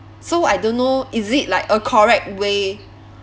so I don't know is it like a correct way